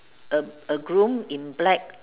a a groom in black